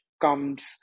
comes